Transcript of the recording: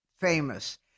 famous